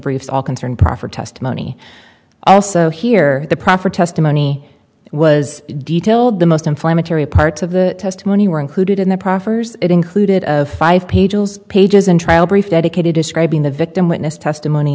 briefs all concerned proffer testimony also here the proper testimony was detailed the most inflammatory parts of the testimony were included in the proffers it included of five pages pages in trial brief dedicated describing the victim witness testimony